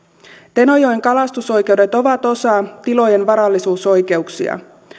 tenojoen kalastusoikeudet ovat osa tilojen varallisuusoikeuksia